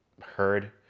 heard